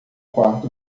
quarto